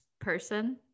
person